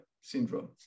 syndrome